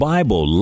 Bible